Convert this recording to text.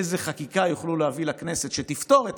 איזו חקיקה יוכלו להביא לכנסת שתפתור את